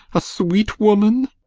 a sweet woman!